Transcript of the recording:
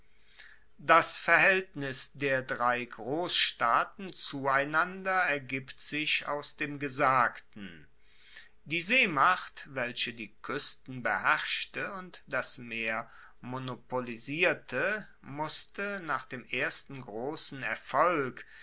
das verhaeltnis der drei grossstaaten zueinander ergibt sich aus dem gesagten die seemacht welche die kuesten beherrschte und das meer monopolisierte musste nach dem ersten grossen erfolg